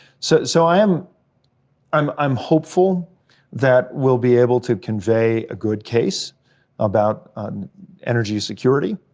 so, so i'm um i'm hopeful that we'll be able to convey a good case about energy security.